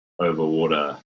overwater